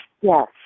yes